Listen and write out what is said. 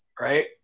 Right